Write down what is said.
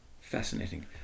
Fascinating